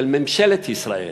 של ממשלת ישראל.